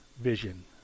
vision